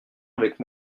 avec